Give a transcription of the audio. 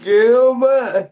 Gilbert